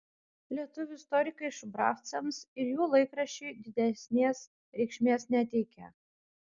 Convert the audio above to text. lietuvių istorikai šubravcams ir jų laikraščiui didesnės reikšmės neteikia